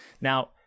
now